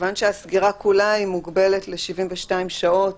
כיוון שהסגירה כולה מוגבלת ל-72 שעות